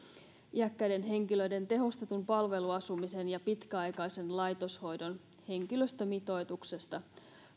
iäkkäiden henkilöiden tehostetun palveluasumisen ja pitkäaikaisen laitoshoidon henkilöstömitoituksesta